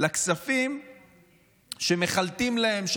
לכספים שמחלטים להם,